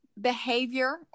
behavior